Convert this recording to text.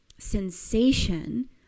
sensation